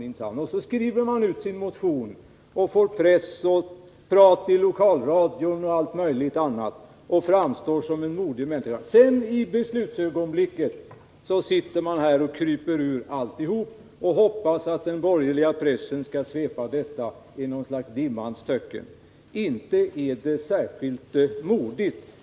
Man skriver ut sin motion och får press och prat i lokalradion och allt möjligt annat. Men i beslutsögonblicket kryper man ur alltihop och hoppas att den borgerliga pressen skall svepa in detta i något slags dimmans töcken. Inte är det särskilt modigt!